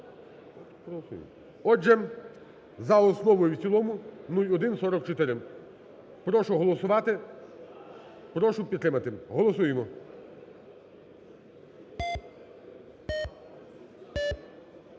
Отже, за основу і в цілому 0144. Прошу голосувати. Прошу підтримати. Голосуємо.